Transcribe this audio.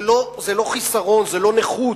זה לא חיסרון, זה לא נכות.